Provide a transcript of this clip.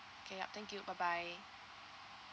K yup thank you bye bye